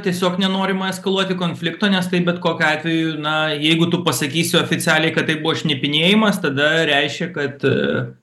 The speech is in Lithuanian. tiesiog nenorima eskaluoti konflikto nes tai bet kokiu atveju na jeigu tu pasakysi oficialiai kad tai buvo šnipinėjimas tada reiškia kad